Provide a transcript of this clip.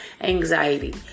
anxiety